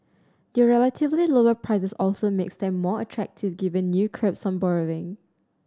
their relatively lower price also makes them more attractive given new curbs on borrowing